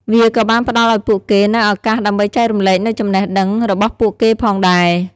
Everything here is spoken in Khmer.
វាក៏បានផ្តល់ឱ្យពួកគេនូវឱកាសដើម្បីចែករំលែកនូវចំណេះដឹងរបស់ពួកគេផងដែរ។